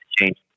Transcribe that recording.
change